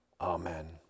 Amen